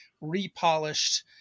repolished